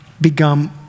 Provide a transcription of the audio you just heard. become